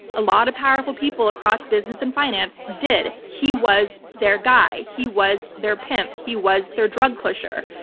a lot of powerful people across business and finance did. he was their guy. he was their pimp. he was their drug pusher.